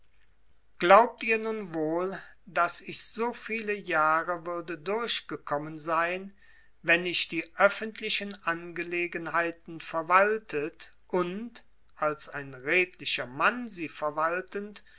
glaubt ihr nun wohl daß ich so viele jahre würde durchgekommen sein wenn ich die öffentlichen angelegenheiten verwaltet und als ein redlicher mann sie verwaltend